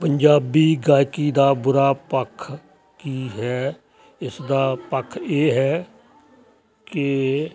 ਪੰਜਾਬੀ ਗਾਇਕੀ ਦਾ ਬੁਰਾ ਪੱਖ ਕੀ ਹੈ ਇਸਦਾ ਪੱਖ ਇਹ ਹੈ ਕਿ